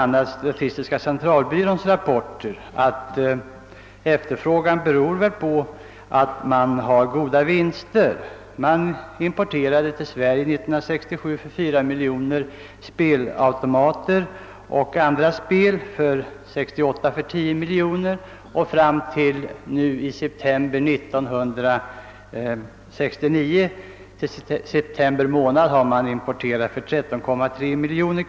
Av statistiska centralbyråns rapporter framgår att år 1967 importerades till Sverige spelautomater och andra spel för cirka 4 mil joner kronor, år 1968 för över 10 miljoner och t.o.m. september månad 1969 för 13,3 miljoner.